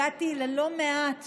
הגעתי ללא מעט